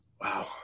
wow